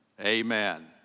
Amen